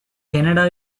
canada